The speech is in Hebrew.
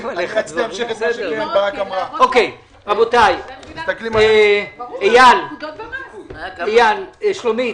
רבותיי, אייל, שלומית,